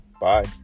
bye